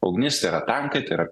ugnis yra tankai tai yra